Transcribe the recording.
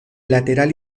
lateral